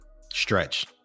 stretch